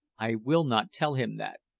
i will not tell him that.